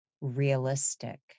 realistic